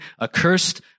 accursed